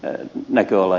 ön näköala